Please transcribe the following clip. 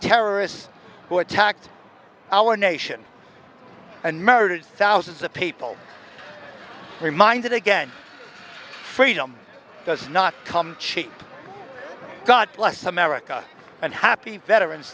terrorists who attacked our nation and murdered thousands of people who reminded again freedom does not come cheap god bless america and happy veterans